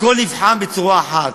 הכול נבחן בצורה אחת: